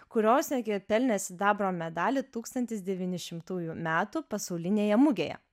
kurios netgi pelnė sidabro medalį tūkstantis devynišimtųjų metų pasaulinėje mugėje